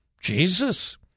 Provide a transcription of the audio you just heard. Jesus